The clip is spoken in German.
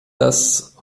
dass